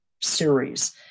series